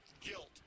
guilt